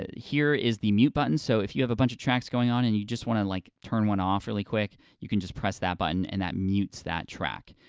here is the mute button, so if you have a bunch of tracks going on and you just wanna like turn one off really quick, you can just press that button and that mutes that track.